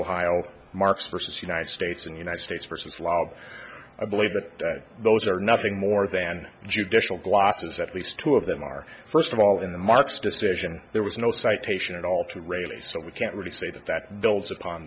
ohio marks versus united states and united states versus loud i believe that those are nothing more than judicial glasses at least two of them are first of all in the marks decision there was no citation at all to railing so we can't really say that that builds upon